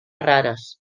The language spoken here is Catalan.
rares